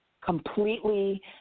completely